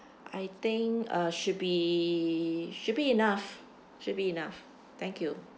I think uh should be should be enough should be enough thank you